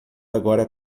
agora